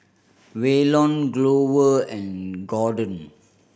Waylon Glover and Gordon